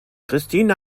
christine